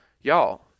y'all